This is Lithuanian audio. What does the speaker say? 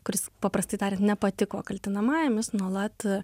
kuris paprastai tariant nepatiko kaltinamajam jis nuolat